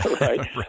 Right